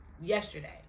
yesterday